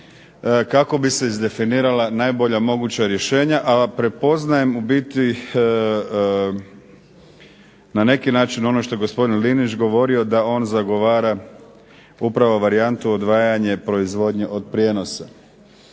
kako bi se izdefinirala najbolja moguća rješenja, a prepoznajem u biti na neki način ono što je gospodin Linić govorio da on zagovara upravo varijantu odvajanje proizvodnje od prijenosa.